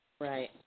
Right